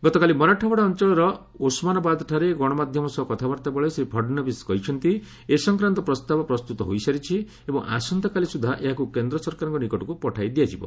ଗତକାଲି ମରାଠାୱାଡ଼ା ଅଞ୍ଚଳର ଓସ୍ମାନାବାଦ୍ଠାରେ ଗଣମାଧ୍ୟମ ସହ କଥାବାର୍ତ୍ତାବେଳେ ଶ୍ରୀ ଫଡ଼ନଭିସ୍ କହିଛନ୍ତି ଏ ସଂକ୍ରାନ୍ତ ପ୍ରସ୍ତାବ ପ୍ରସ୍ତୁତ ହୋଇସାରିଛି ଏବଂ ଆସନ୍ତାକାଲି ସୁଦ୍ଧା ଏହାକୁ କେନ୍ଦ୍ର ସରକାରଙ୍କ ନିକଟକୁ ପଠାଇ ଦିଆଯିବ